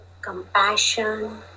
compassion